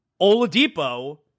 Oladipo